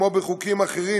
כמו בחוקים אחרים,